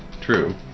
True